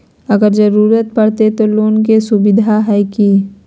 अगर जरूरत परते तो लोन के सुविधा है की?